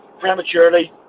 prematurely